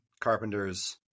Carpenter's